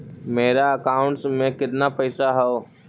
मेरा अकाउंटस में कितना पैसा हउ?